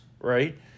right